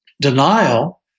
Denial